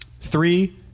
Three